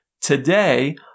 Today